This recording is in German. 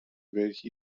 welche